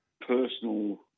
personal